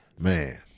Man